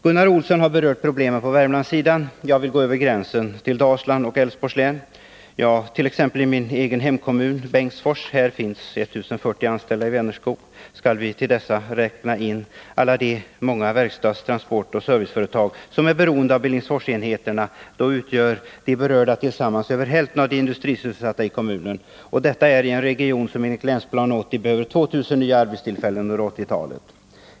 Gunnar Olsson har berört problemen på Värmlandssidan. Jag vill gå över gränsen till Dalsland och Älvsborgs län. T.ex. i min egen kommun, Bengtsfors, finns 1 040 anställda i Vänerskog. Skall vi till dessa räkna alla de många verkstads-, transportoch serviceföretag som är beroende av Billingsforsenheterna utgör de berörda tillsammans över hälften av de industrisysselsatta i kommunen. Detta är i en region som enligt Länsplan 80 behöver 2 000 nya arbetstillfällen under 1980-talet.